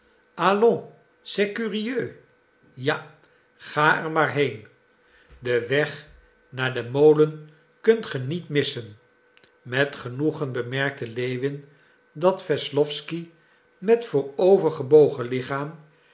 ja ga er maar heen den weg naar den molen kunt ge niet missen met genoegen bemerkte lewin dat wesslowsky met voorovergebogen lichaam